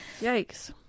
Yikes